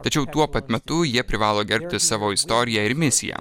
tačiau tuo pat metu jie privalo gerbti savo istoriją ir misiją